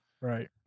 Right